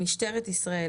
משטרת ישראל,